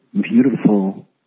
beautiful